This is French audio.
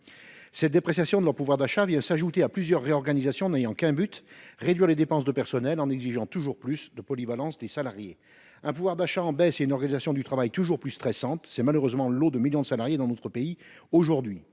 d’achat de ces salariés vient s’ajouter à plusieurs réorganisations n’ayant qu’un seul but : réduire les dépenses de personnel en exigeant toujours plus de polyvalence des travailleurs. Un pouvoir d’achat en baisse et une organisation du travail toujours plus stressante, c’est malheureusement le lot de millions de salariés dans notre pays aujourd’hui.